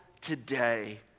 today